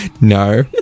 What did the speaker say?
no